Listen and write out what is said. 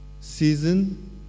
season